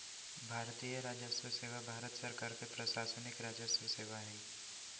भारतीय राजस्व सेवा भारत सरकार के प्रशासनिक राजस्व सेवा हइ